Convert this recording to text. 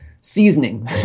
seasoning